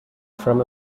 from